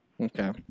Okay